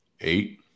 Eight